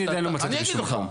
אני לא מצאתי איזשהו מקום.